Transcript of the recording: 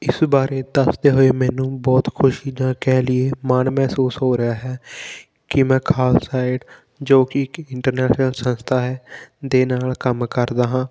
ਇਸ ਬਾਰੇ ਦੱਸਦੇ ਹੋਏ ਮੈਨੂੰ ਬਹੁਤ ਖੁਸ਼ੀ ਨਾਲ ਕਹਿ ਲਈਏ ਮਾਣ ਮਹਿਸੂਸ ਹੋ ਰਿਹਾ ਹੈ ਕਿ ਮੈਂ ਖਾਲਸਾ ਏਡ ਜੋ ਕਿ ਇੱਕ ਇੰਟਰਨੈਸ਼ਨਲ ਸੰਸਥਾ ਹੈ ਦੇ ਨਾਲ ਕੰਮ ਕਰਦਾ ਹਾਂ